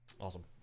awesome